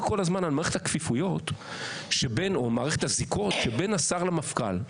כל הזמן על מערכת הכפיפויות או מערכת הזיקות שבין השר למפכ"ל,